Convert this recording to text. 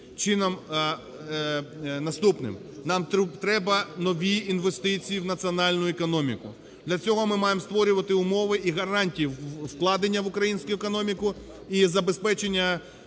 Чином наступним. Нам треба нові інвестиції в національну економіку. Для цього ми маємо створювати умови і гарантії вкладення в українську економіку і забезпечення